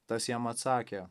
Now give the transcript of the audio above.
tas jam atsakė